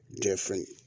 different